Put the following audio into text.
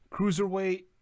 Cruiserweight